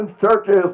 churches